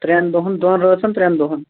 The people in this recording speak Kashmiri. ترٛٮ۪ن دۄہَن دۄن رٲژَن ترٛٮ۪ن دۄہَن